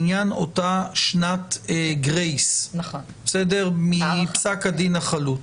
לעניין אותה שנת גרייס מפסק הדין החלוט.